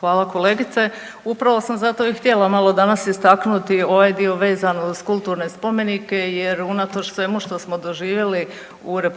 Hvala kolegice, upravo sam zato i htjela malo danas istaknuti ovaj dio vezan uz kulturne spomenike jer unatoč svemu što smo doživjeli u RH